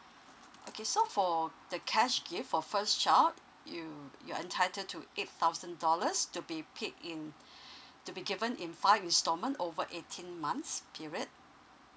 okay so for the cash gift for first child you you're entitled to eight thousand dollars to be pick in to be given in five instalment over eighteen months period